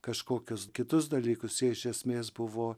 kažkokius kitus dalykus jie iš esmės buvo